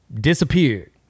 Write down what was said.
disappeared